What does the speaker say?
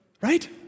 Right